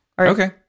Okay